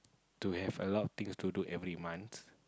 to have a lot things to do every months